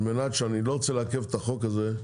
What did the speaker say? כי אני לא רוצה לעכב את החוק הזה,